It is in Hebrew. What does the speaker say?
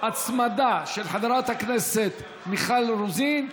הצעה מוצמדת של חברת הכנסת מיכל רוזין,